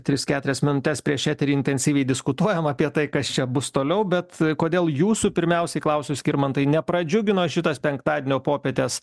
tris keturias minutes prieš eterį intensyviai diskutuojam apie tai kas čia bus toliau bet kodėl jūsų pirmiausiai klausiu skirmantai nepradžiugino šitas penktadienio popietės